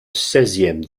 seizième